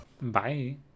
Bye